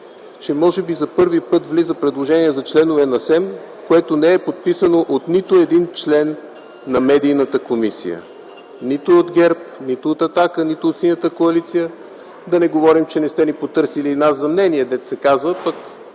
– може би за първи път влиза предложение за членове на СЕМ, което не е подписано от нито един член на Медийната комисия – нито от ГЕРБ , нито от „Атака”, нито от Синята коалиция, да не говорим, че не сте потърсили и нас за мнение, пък